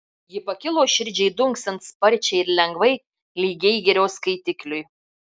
ji pakilo širdžiai dunksint sparčiai ir lengvai lyg geigerio skaitikliui